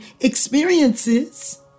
experiences